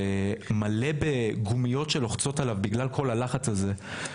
שמלא בגומיות שלוחצות עליו בגלל כל הלחץ הזה,